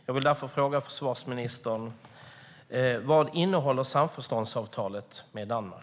Jag vill därför fråga försvarsministern: Vad innehåller samförståndsavtalet med Danmark?